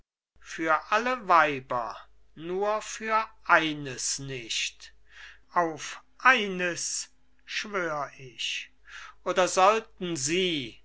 für alle weiber nur für eines nicht auf eines schwör ich oder sollten sie